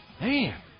Man